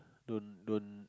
don't don't